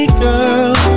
girl